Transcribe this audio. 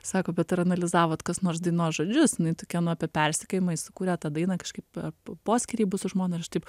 sako bet ar analizavot kas nors dainos žodžius jinai tokia nu apie persekiojimą jis sukūrė tą dainą kažkaip po skyrybų su žmona ir aš taip